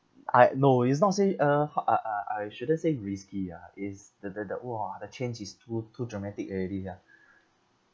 I no it's not say uh ho~ uh uh I shouldn't say risky ah is the the the !wah! the change is too too dramatic already ah